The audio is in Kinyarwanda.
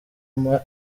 mpa